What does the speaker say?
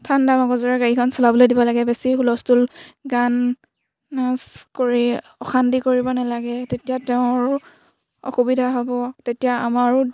ঠাণ্ডা মগজৰে গাড়ীখন চলাবলৈ দিব লাগে বেছি হুলস্থুল গান নাচ কৰি অশান্তি কৰিব নালাগে তেতিয়া তেওঁৰ অসুবিধা হ'ব তেতিয়া আমাৰো